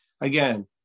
Again